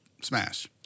smash